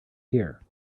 here